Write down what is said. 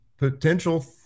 Potential